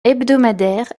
hebdomadaire